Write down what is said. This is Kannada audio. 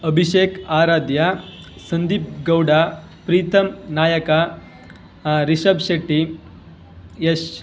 ಅಭಿಷೇಕ್ ಆರಾಧ್ಯ ಸಂದೀಪ್ ಗೌಡ ಪ್ರೀತಮ್ ನಾಯಕ ರಿಷಭ್ ಶೆಟ್ಟಿ ಯಶ್